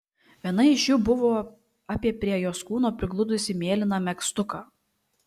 viena iš jų buvo apie prie jos kūno prigludusį mėlyną megztuką